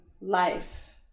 life